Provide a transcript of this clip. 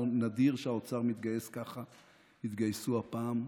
נדיר שהאוצר מתגייס ככה, הם התגייסו הפעם.